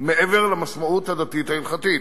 מעבר למשמעות הדתית ההלכתית.